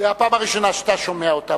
זאת הפעם הראשונה שאתה שומע אותה,